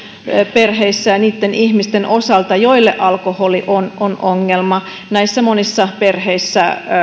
perheissä ja ja niitten ihmisten osalta joille alkoholi on on ongelma näissä monissa perheissä